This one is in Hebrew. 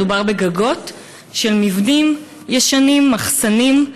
מדובר בגגות של מבנים ישנים, מחסנים,